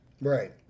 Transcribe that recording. right